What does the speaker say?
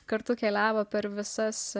kartu keliavo per visas